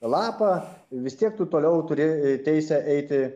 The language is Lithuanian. lapą vis tiek tu toliau turi teisę eiti